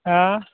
हा